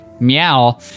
meow